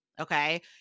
Okay